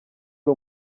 ari